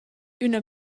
üna